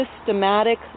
systematic